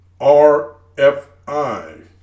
RFI